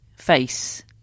face